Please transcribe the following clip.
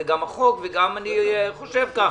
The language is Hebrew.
זה גם החוק וגם אני חושב כך.